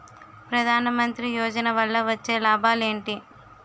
ప్రధాన మంత్రి యోజన వల్ల వచ్చే లాభాలు ఎంటి?